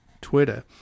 twitter